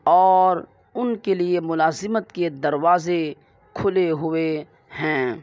اور ان کے لیے ملازمت کے دروازے کھلے ہوئے ہیں